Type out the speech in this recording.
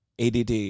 ADD